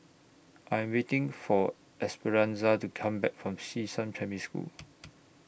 I Am waiting For Esperanza to Come Back from Xishan Primary School